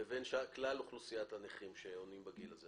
לבין כלל אוכלוסיית הנכים בגיל הזה.